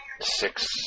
six